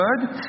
good